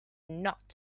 not